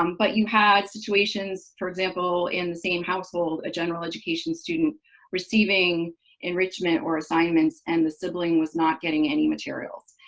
um but you had situations, for example, in the same household, a general education student receiving enrichment or assignments, and the sibling was not getting any materials.